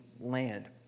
land